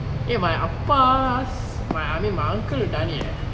ya my ah pa my I mean my uncle done it eh